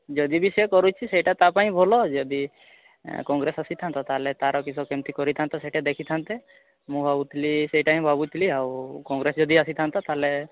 ଯଦି ବି ସେ କରୁଛି ସେଇଟା ତା ପାଇଁ ଭଲ ଯଦି କଂଗ୍ରେସ ଅସିଥାନ୍ତା ତାହାଲେ ତାର କିସ କେମିତି କରେଇଥାନ୍ତା ସେଇଟା ଦେଖିଥାନ୍ତେ ମୁଁ ଭାବୁଥିଲି ସେଇଟା ହିଁ ଭାବୁଥିଲି ଆଉ କଂଗ୍ରେସ ଯଦି ଅସିଥାନ୍ତା ତାହାଲେ